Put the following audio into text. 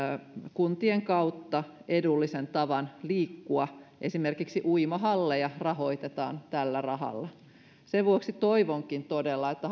kuntien kautta edullisen tavan liikkua esimerkiksi uimahalleja rahoitetaan tällä rahalla sen vuoksi toivonkin todella että